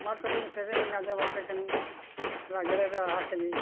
ᱢᱟ ᱛᱚᱵᱮ ᱥᱮᱨᱮᱧ ᱟᱸᱡᱚᱢ ᱟᱯᱮ ᱠᱟᱹᱱᱤᱧ ᱞᱟᱜᱽᱲᱮ ᱨᱟᱦᱟ ᱛᱮᱜᱮ